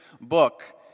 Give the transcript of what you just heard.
book